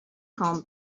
come